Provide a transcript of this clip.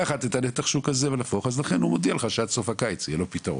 שעד סוף הקיץ יש לו פתרון.